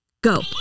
Go